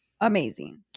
amazing